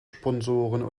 sponsoren